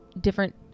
different